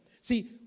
See